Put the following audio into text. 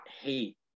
hate